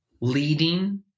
leading